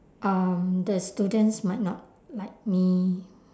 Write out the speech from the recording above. um the students might not like me